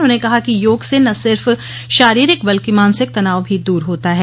उन्होंने कहा कि योग से न सिर्फ शारीरिक बल्कि मानसिक तनाव भी दूर होता है